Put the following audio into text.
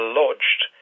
lodged